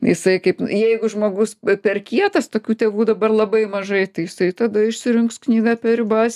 jisai kaip jeigu žmogus per kietas tokių tėvų dabar labai mažai tai jisai tada išsirinks knygą apie ribas